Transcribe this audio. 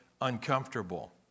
uncomfortable